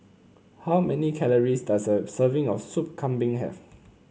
how many calories does a serving of Sup Kambing have